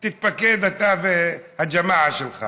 תתפקד, אתה והג'מעה, שלך